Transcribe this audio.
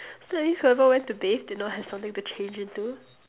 so that means who ever went to bathe did not have something to change into